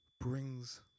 brings